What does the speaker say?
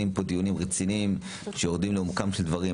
פה הם דיונים רציניים שיורדים לעומקים של דברים,